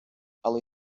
але